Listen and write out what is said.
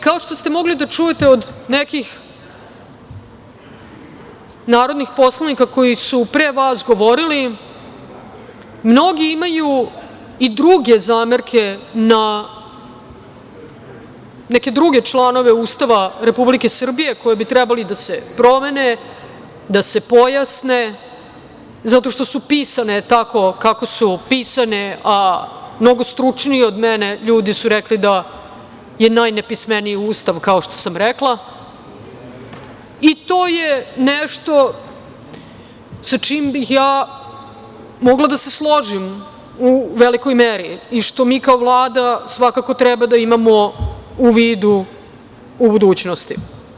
Kao što ste mogli da čujete od nekih narodnih poslanika koji su pre vas govorili, mnogi imaju i druge zamerke na neke druge članove Ustava Republike Srbije koje bi trebalo da se promene, da se pojasne zato što su pisane tako kako su pisane, a mnogi stručniji od mene ljudi su rekli da je najnepismeniji Ustav, kao što sam rekla i to je nešto što sa čim bih ja mogla da se složim u velikoj meri i što mi kao Vlada svakako treba da imamo u vidu u budućnosti.